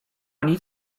nic